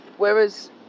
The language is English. Whereas